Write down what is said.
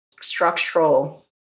structural